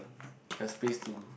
the space to